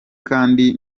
kandi